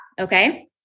Okay